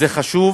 זה חשוב